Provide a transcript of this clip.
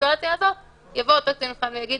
בסיטואציה הזאת יבוא אותו קצין מבחן ויגיד: